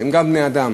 שגם הם בני-אדם,